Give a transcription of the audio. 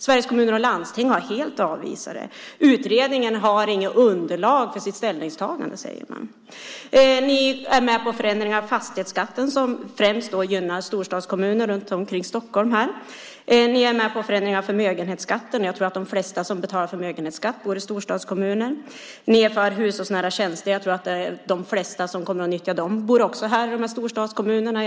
Sveriges Kommuner och Landsting har helt avvisat dem. Utredningen har inget underlag för sitt ställningstagande, säger man. Ni är med på förändringarna av fastighetsskatten, som främst gynnar storstadskommuner runt Stockholm. Ni är med på förändringen av förmögenhetsskatten. Jag tror att de flesta som betalar förmögenhetsskatt bor i storstadskommuner. Ni är för hushållsnära tjänster. Jag tror att de flesta som kommer att nyttja dem också bor i storstadskommunerna.